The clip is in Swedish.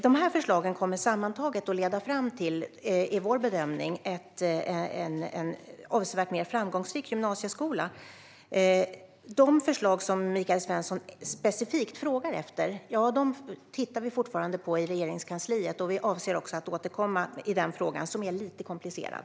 Det är vår bedömning att förslagen sammantaget kommer att leda fram till en avsevärt mer framgångsrik gymnasieskola. De förslag som Michael Svensson specifikt frågar efter tittar vi fortfarande på i Regeringskansliet. Vi avser att återkomma i denna fråga, som är lite komplicerad.